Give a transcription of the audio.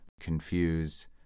confuse